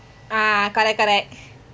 ah correct correct